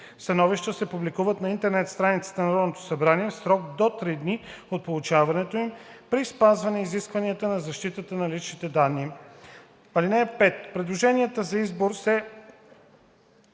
Становищата се публикуват на интернет страницата на Народното събрание в срок до три дни от получаването им при спазване изискванията за защита на личните данни. (5) Предложенията за избор се